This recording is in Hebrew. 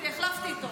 החלפתי איתו.